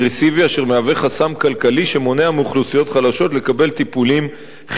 מהווה חסם כלכלי שמונע מאוכלוסיות חלשות לקבל טיפולים חיוניים.